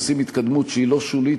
זו התקדמות שהיא לא שולית,